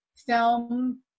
film